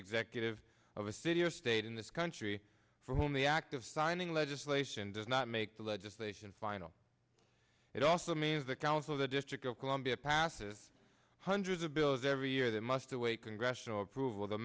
executive of a city or state in this country for whom the act of signing legislation does not make the legislation final it also means the council of the district of columbia passes hundreds of bills every year that must await congressional approval